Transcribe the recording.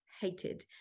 hated